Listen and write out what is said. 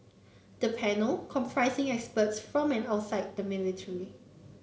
the panel comprising experts from and outside the military